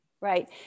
Right